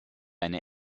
eine